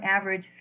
average